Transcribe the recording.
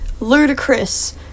Ludicrous